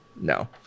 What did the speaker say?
no